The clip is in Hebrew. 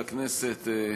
תל-אביב"?